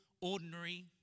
ordinary